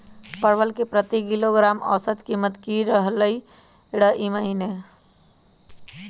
परवल के प्रति किलोग्राम औसत कीमत की रहलई र ई महीने?